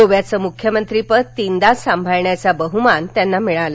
गोव्याचं मुख्यमंत्रिपद तीनदा सांभाळण्याचा बहुमान त्यांनामिळाला